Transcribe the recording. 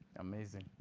amazing.